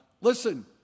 Listen